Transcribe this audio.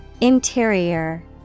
Interior